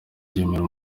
ryemerera